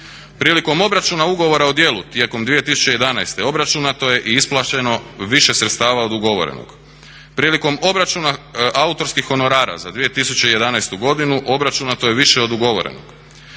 Prilikom obračuna ugovora o djelu tijekom 2011. obračuna a to je i isplaćeno više sredstava od ugovorenog. Prilikom obračuna autorskih honorara za 2011. godinu obračuna to je više od ugovorenog.